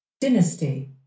Dynasty